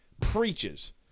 Preaches